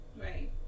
Right